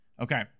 Okay